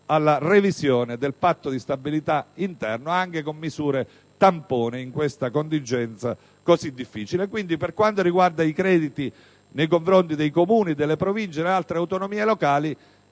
alla revisione del patto di stabilità interno, anche con misure tampone, in questa contingenza così difficile. Quindi, per quanto riguarda i crediti nei confronti dei Comuni, delle Province e delle altre autonomie locali,